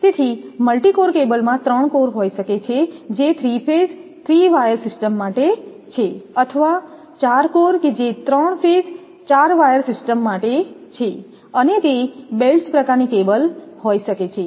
તેથી multi core કેબલમાં ત્રણ કોર હોઈ શકે છે જે 3 ફેસ 3 વાયર સિસ્ટમ માટે છે અથવા 4 કોર જે 3 ફેસ 4 વાયર સિસ્ટમ્સ માટે છે અને તે બેલ્ટ્ડ પ્રકારની કેબલ હોઈ શકે છે